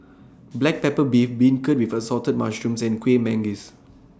Black Pepper Beef Beancurd with Assorted Mushrooms and Kueh Manggis